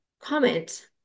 comment